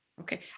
okay